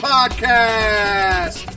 Podcast